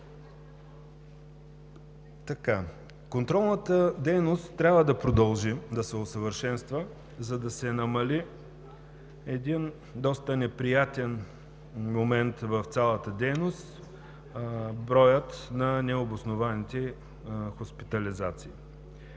Контролната дейност трябва да продължи да се усъвършенства, за да се намали един доста неприятен момент в цялата дейност – броят на необоснованите хоспитализации.